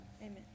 Amen